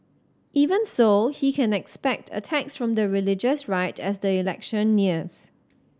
even so he can expect attacks from the religious right as the election nears